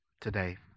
Today